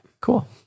Cool